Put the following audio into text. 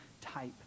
type